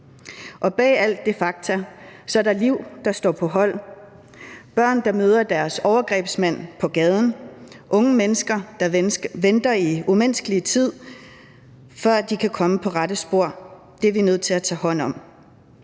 år. Bag alle de fakta er der liv, der står på hold; børn, der møder deres overgrebsmand på gaden; unge mennesker, der venter i umenneskelig lang tid, før de kan komme på rette spor. Det er vi nødt til at tage hånd om.